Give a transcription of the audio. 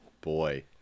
Boy